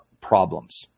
problems